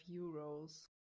euros